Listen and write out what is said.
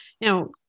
Now